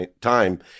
time